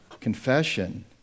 confession